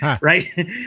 right